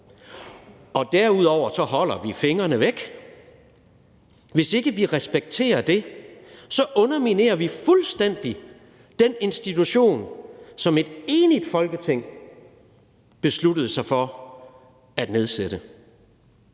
og derudover holder vi fingrene væk, så underminerer vi fuldstændig den institution, som et enigt Folketing har besluttet sig for at nedsætte.